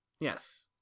Yes